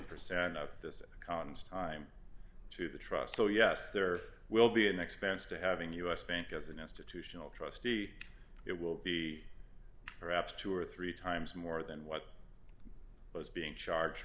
cottons time to the trust so yes there will be an expense to having us bank as an institutional trustee it will be perhaps two or three times more than what was being charged